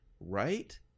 right